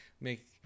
make